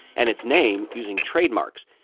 and its name, using trademarks.